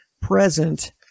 present